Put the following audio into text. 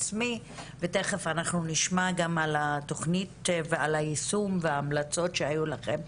ותיכף אנחנו נשמע גם על התוכנית ועל היישום וההמלצות שהיו לכם,